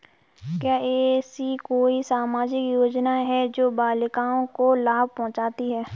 क्या ऐसी कोई सामाजिक योजनाएँ हैं जो बालिकाओं को लाभ पहुँचाती हैं?